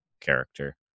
character